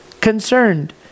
concerned